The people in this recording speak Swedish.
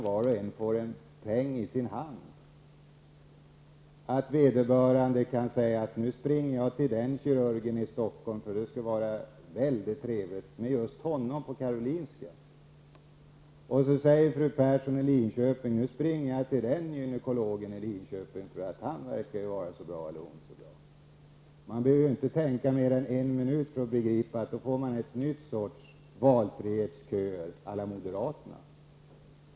Var och en som har pengar i sin hand kan säga så här: Nu uppsöker jag just den kirurgen, eftersom det lär vara så trevligt att bli behandlad av honom på Karolinska sjukhuset. Fru Persson i Linköping säger på samma sätt att hon uppsöker en viss gynekolog där för att han verkar vara så bra. Man behöver inte tänka länge för att förstå att en sådan ordning för med sig en sorts valfrihetsköer à la moderaterna.